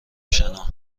شنا